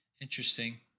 Interesting